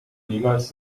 niemals